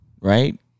right